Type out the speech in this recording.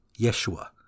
Yeshua